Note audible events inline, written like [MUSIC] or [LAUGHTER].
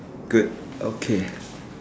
good okay [BREATH]